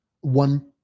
one